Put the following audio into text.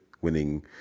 winning